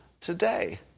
today